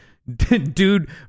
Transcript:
dude